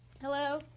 Hello